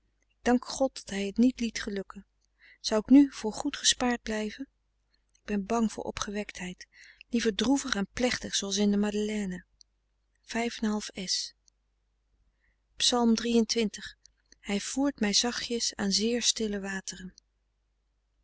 dank god dat hij het niet liet gelukken zou ik nu voor goed gespaard frederik van eeden van de koele meren des doods blijven ik ben bang voor opgewektheid liever droevig en plechtig zooals in de mam ij voert mij zachtjens aan zeer stille wateren